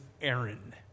Aaron